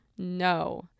no